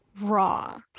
raw